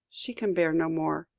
she can bear no more.